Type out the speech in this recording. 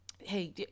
Hey